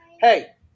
hey